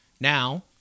Now